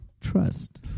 Trust